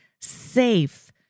safe